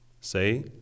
Say